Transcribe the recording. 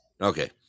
okay